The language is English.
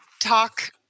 talk